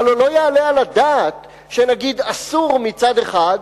הלוא לא יעלה על הדעת שנגיד אסור מצד אחד,